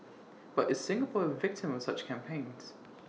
but is Singapore A victim of such campaigns